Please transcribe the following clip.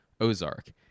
ozark